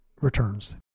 returns